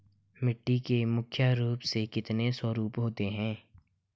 मिट्टी के मुख्य रूप से कितने स्वरूप होते हैं?